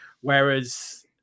Whereas